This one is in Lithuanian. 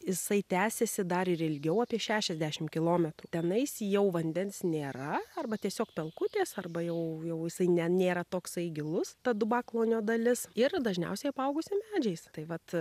jisai tęsiasi dar ir ilgiau apie šešiasdešimt kilometrų tenais jau vandens nėra arba tiesiog pelkutės arba jau jau jisai ne nėra toksai gilus ta dubaklonio dalis ir dažniausiai apaugusi medžiais tai vat